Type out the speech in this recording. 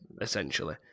essentially